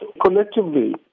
Collectively